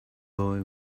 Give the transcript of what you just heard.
boy